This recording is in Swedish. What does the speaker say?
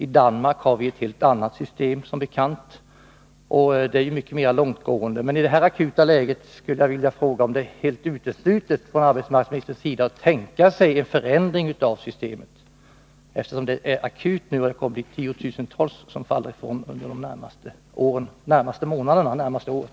I Danmark har man som bekant ett helt annat system, som är mycket mera långtgående. I detta akuta läge vill jag fråga om arbetsmarknadsministern anser att det är helt uteslutet att tänka sig en förändring av systemet, eftersom situationen är akut och det är tiotusentals som faller ut under de närmaste månaderna och det närmaste året.